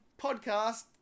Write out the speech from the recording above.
podcast